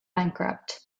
bankrupt